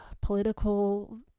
political